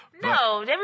No